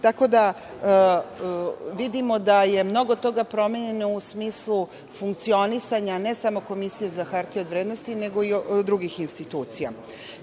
Tako da vidimo da je mnogo toga promenjeno u smislu funkcionisanja ne samo Komisije za hartije od vrednosti nego i drugih institucija. Kada